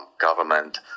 government